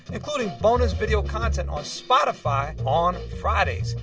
including bonus video content on spotify on fridays.